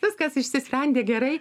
viskas išsisprendė gerai